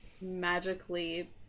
magically